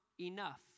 enough